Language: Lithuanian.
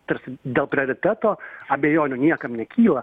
tarsi dėl prioriteto abejonių niekam nekyla